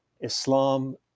Islam